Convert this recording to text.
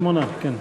שמונה, כן.